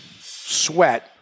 sweat